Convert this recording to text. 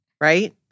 Right